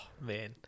man